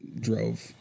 drove